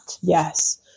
yes